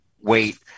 wait